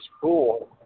cool